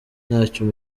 ntacyo